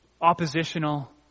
oppositional